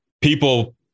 people